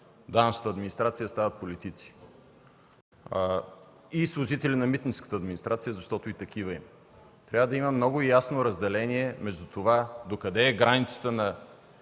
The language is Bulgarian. данъчната администрация, стават политици. И служители на митническата администрация също, защото и такива има. Трябва да има много ясно разделение между това докъде е границата на